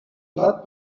blat